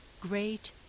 great